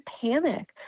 panic